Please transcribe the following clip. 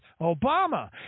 Obama